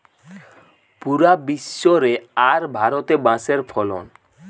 পুরা বিশ্ব রে আর ভারতে বাঁশের ফলন